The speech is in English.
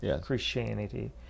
Christianity